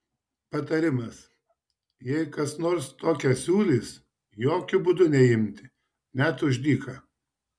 patarimas jei kas nors tokią siūlys jokiu būdu neimti net už dyką